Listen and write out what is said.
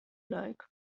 like